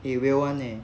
it will [one] leh